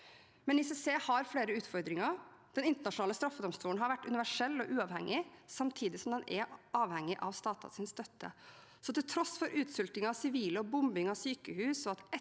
der. ICC har flere utfordringer. Den internasjonale straffedomstolen har vært universell og uavhengig, samtidig som den er avhengig av staters støtte. Til tross for utsulting av sivile og bombing av sykehus,